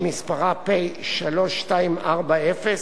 שמספרה פ/3240,